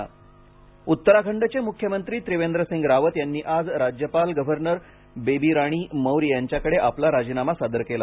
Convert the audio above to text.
राजीनामा उत्तराखंडचे मुख्यमंत्री त्रिवेंद्रसिंग रावत यांनी आज राज्यपाल बेबी राणी मौर्य यांच्याकडे आपला राजीनामा सादर केला